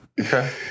Okay